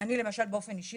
אני למשל באופן אישי,